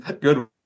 Good